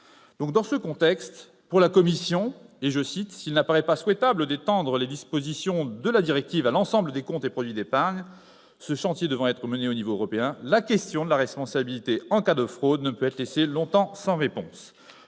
Dans ce contexte, pour la commission, s'il n'apparaît pas souhaitable d'étendre les dispositions de la directive à l'ensemble des comptes et produits d'épargne, ce chantier devant être mené au niveau européen, la question de la responsabilité en cas de fraude ne peut être laissée longtemps sans réponse.